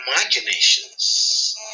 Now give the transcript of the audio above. imaginations